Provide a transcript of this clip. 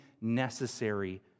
necessary